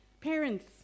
Parents